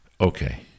okay